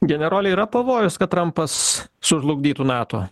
generole yra pavojus kad trampas sužlugdytų nato